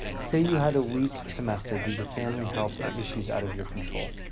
say you had a weak semester due to family health or issues out of your control.